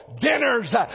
dinners